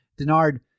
Denard